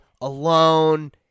alone